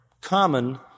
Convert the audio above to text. common